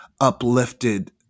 uplifted